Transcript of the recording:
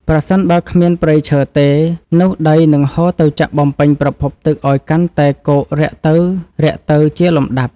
ប្រសិនបើគ្មានព្រៃឈើទេនោះដីនឹងហូរទៅចាក់បំពេញប្រភពទឹកឱ្យកាន់តែគោករាក់ទៅៗជាលំដាប់។ប្រសិនបើគ្មានព្រៃឈើទេនោះដីនឹងហូរទៅចាក់បំពេញប្រភពទឹកឱ្យកាន់តែគោករាក់ទៅៗជាលំដាប់។